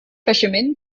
fishermen